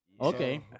Okay